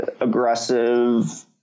aggressive